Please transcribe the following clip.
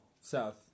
south